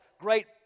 Great